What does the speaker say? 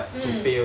mm